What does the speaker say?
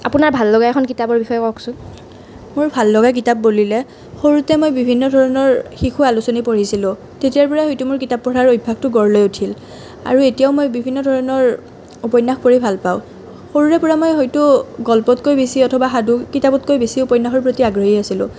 আপোনাৰ ভাল লগা এখন কিতাপৰ বিষয়ে কওকচোন মোৰ ভাল লগা কিতাপ বুলিলে সৰুতে মই বিভিন্ন ধৰণৰ শিশু আলোচনী পঢ়িছিলোঁ তেতিয়াৰ পৰা হয়তো মোৰ কিতাপ পঢ়াৰ অভ্যাসটো গঢ় লৈ উঠিল আৰু এতিয়াও মই বিভিন্ন ধৰণৰ উপন্যাস পঢ়ি ভালপাওঁ সৰুৰে পৰা মই হয়তো গল্পতকৈ বেছি অথবা সাধু কিতাপতকৈ বেছি উপন্যাসৰ প্ৰতি আগ্ৰহী আছিলোঁ